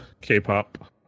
K-pop